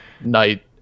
night